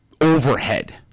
overhead